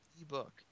E-book